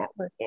networking